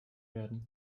werden